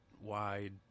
wide